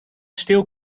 stil